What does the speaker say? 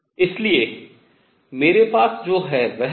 इसलिए मेरे पास जो है वह है